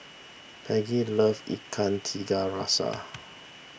Peggy loves Ikan Tiga Rasa